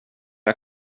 not